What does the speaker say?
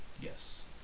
Yes